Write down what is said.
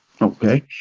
Okay